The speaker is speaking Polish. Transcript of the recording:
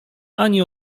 ani